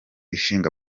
ishinga